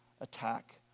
attack